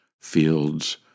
fields